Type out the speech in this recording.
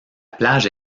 plage